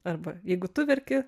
arba jeigu tu verki